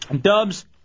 Dubs